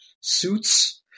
suits